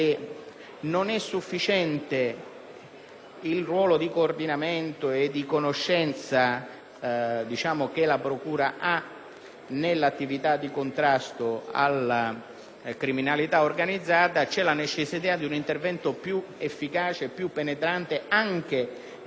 il compito di coordinamento e di conoscenza che la Procura ha nell'attività di contrasto alla criminalità organizzata. Si avverte la necessità di un intervento più efficace e penetrante anche nel potere di iniziativa, di proposta